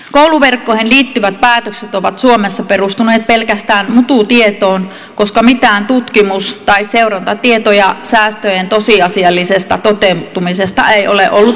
kouluverkkoihin liittyvät päätökset ovat suomessa perustuneet pelkästään mututietoon koska mitään tutkimus tai seurantatietoja säästöjen tosiasiallisesta toteutumisesta ei ole ollut saatavilla